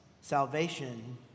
Salvation